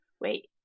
wait